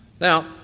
Now